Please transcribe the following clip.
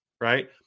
right